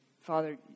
Father